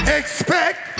expect